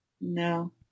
No